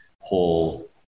whole